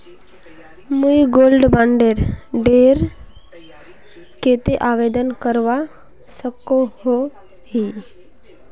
मुई gold bond डेर केते आवेदन करवा सकोहो ही?